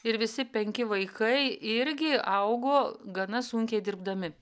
ir visi penki vaikai irgi augo gana sunkiai dirbdami